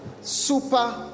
Super